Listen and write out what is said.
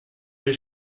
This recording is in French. les